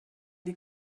die